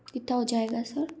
क्या कितना हो जाएगा सर